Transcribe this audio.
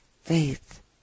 faith